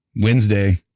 Wednesday